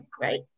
right